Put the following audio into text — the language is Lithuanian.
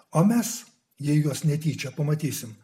o mes juos netyčia pamatysime